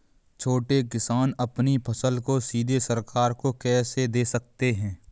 छोटे किसान अपनी फसल को सीधे सरकार को कैसे दे सकते हैं?